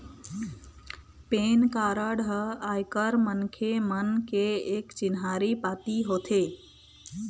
PAN card ह आयकर मनखे मन के एक चिन्हारी पाती होथे